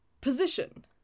position